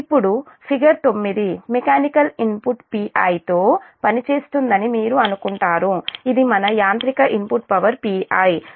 ఇప్పుడు figure 9 mechanical input Pi తో పనిచేస్తుందని మీరు అనుకుంటారు ఇది మన యాంత్రిక ఇన్పుట్ పవర్ Pi